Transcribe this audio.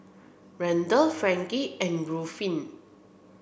Randel Frankie and Ruffin